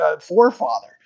forefather